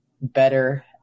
better